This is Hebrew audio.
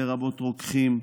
לרבות רוקחים,